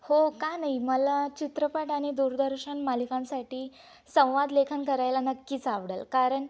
हो का नाही मला चित्रपट आणि दूरदर्शन मालिकांसाठी संवाद लेखन करायला नक्कीच आवडेल कारण